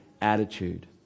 attitude